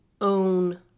own